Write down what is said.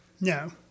No